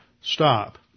stop